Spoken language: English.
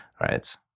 right